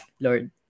Lord